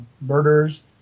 murders